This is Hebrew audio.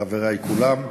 חברי כולם,